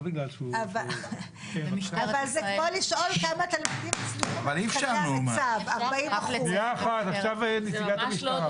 לא בגלל שהוא --- זה כמו לשאול כמה תלמידים --- עכשיו נציגת המשטרה,